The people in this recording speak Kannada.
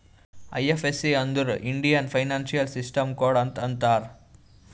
ಐ.ಎಫ್.ಎಸ್.ಸಿ ಅಂದುರ್ ಇಂಡಿಯನ್ ಫೈನಾನ್ಸಿಯಲ್ ಸಿಸ್ಟಮ್ ಕೋಡ್ ಅಂತ್ ಅಂತಾರ್